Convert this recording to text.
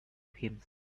himself